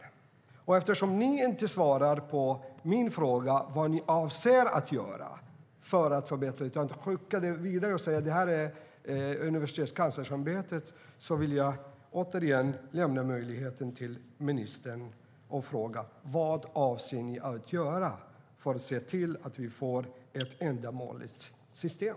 Eftersom utbildningsministern inte svarar på frågan vad han avser att göra för att förbättra situationen utan skickar den vidare till Universitetskanslersämbetet vill jag ge honom en ny möjlighet att svara. Vad avser ni, utbildningsministern, att göra för att vi ska få ett ändamålsenligt system?